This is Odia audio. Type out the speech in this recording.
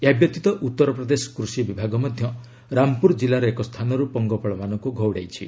ଏହା ବ୍ୟତୀତ ଉତ୍ତରପ୍ରଦେଶ କୃଷି ବିଭାଗ ମଧ୍ୟ ରାମପୁର ଜିଲ୍ଲାର ଏକ ସ୍ଥାନରୁ ପଙ୍ଗପାଳମାନଙ୍କୁ ଘଉଡ଼ାଇଛି